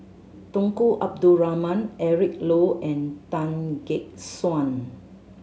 Tunku Abdul Rahman Eric Low and Tan Gek Suan